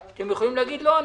אתם יכולים להגיד, לא,